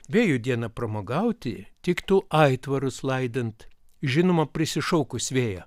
vėjų dieną pramogauti tiktų aitvarus laidant žinoma prisišaukus vėją